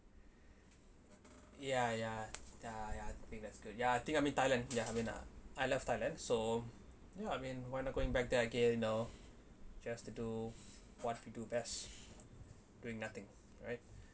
ya ya ya ya I think that's good ya I think I mean thailand ya I mean I love thailand so ya I mean why not going back there again you know just to do what we do best doing nothing right